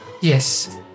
Yes